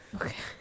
Okay